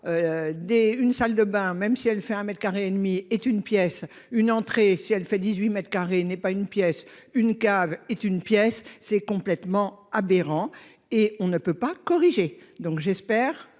une salle de bain, même si elle fait un mètre carré demi est une pièce une entrée si elle fait 18 m2 n'est pas une pièce une cave est une pièce, c'est complètement aberrant et on ne peut pas corriger donc j'espère